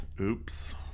Oops